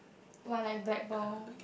what like blackball